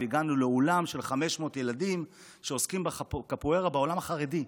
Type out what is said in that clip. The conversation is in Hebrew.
והגענו לאולם של 500 ילדים שעוסקים בקפוארה בעולם החרדי.